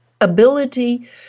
ability